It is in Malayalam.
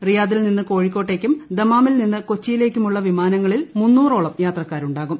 റിയാദിൽ നിന്ന് കോഴിക്കോട്ടേക്കും ദമാമിൽ നിന്ന് കൊച്ചിയിലേക്കുമുള്ള വിമാനങ്ങളിൽ മുന്നൂറോളം യാത്രക്കാരുണ്ടാകും